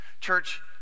Church